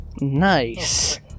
Nice